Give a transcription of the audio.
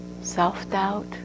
self-doubt